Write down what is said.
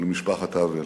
ולמשפחת האוול.